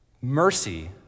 mercy